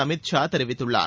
அமித் ஷா தெரிவித்துள்ளார்